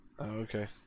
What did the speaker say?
okay